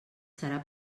serà